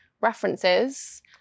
references